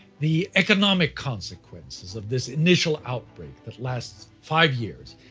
the economic consequence of this initial outbreak, that lasts five years,